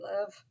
love